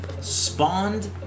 spawned